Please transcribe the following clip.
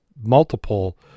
multiple